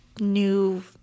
new